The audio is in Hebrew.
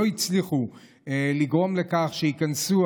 לא הצליחו לגרום לכך שייכנסו.